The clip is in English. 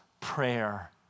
prayer